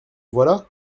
voilà